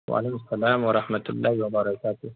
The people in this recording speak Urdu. وعلیکم السلام ورحمتہ اللہ و برکاتہ